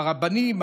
הרבנים,